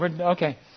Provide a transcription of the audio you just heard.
Okay